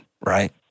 Right